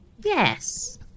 Yes